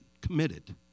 committed